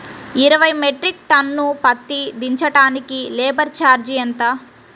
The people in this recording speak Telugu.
ఇరవై మెట్రిక్ టన్ను పత్తి దించటానికి లేబర్ ఛార్జీ ఎంత?